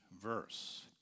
verse